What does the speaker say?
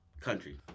Country